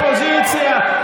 אופוזיציה,